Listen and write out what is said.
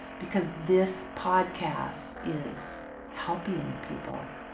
because this podcast is helping people.